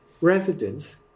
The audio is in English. residents